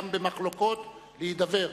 גם במחלוקות, להידבר.